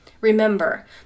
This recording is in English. Remember